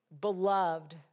beloved